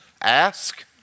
Ask